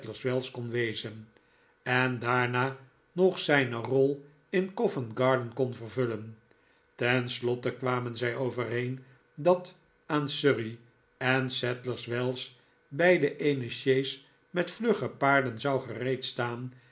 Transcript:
sadlers wells kon wezen en daarna nog zyne rol in covent-garden kon vervullen ten slotte kwamen zij overeen dat aan surrey en sadlers wells beide eene sjees met vlugge paarden zou gereedstaan